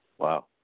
Wow